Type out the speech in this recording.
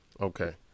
Okay